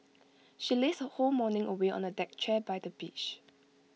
she lazed her whole morning away on A deck chair by the beach